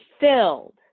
filled